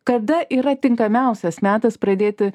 kada yra tinkamiausias metas pradėti